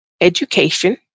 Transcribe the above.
education